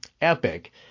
epic